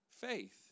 faith